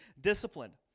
disciplined